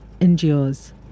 endures